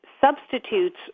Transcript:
substitutes